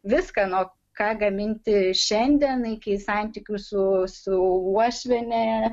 viską nuo ką gaminti šiandien kai santykių su su uošviene